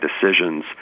decisions